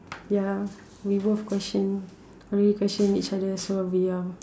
ya we both questioned I mean question each other so we are